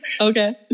Okay